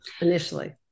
initially